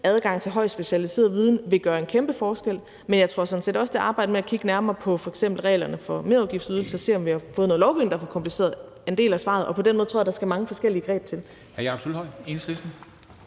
adgang til højt specialiseret viden vil gøre en kæmpe forskel. Men jeg tror sådan set også, at det arbejde med at kigge nærmere på f.eks. reglerne for merudgiftsydelser og se, om vi har fået noget lovgivning, der er for kompliceret, er en del af svaret. Og på den måde tror jeg at der skal mange forskellige greb til.